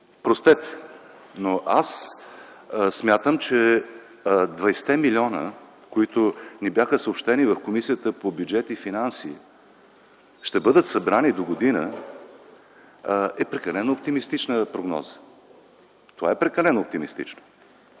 простете, но аз смятам, че 20-те милиона, които ни бяха съобщени в Комисията по бюджет и финанси, ще бъдат събрани догодина, са прекалено оптимистични прогнози. Според мен